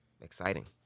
Exciting